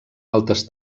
altes